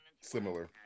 similar